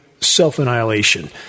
self-annihilation